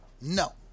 no